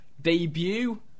debut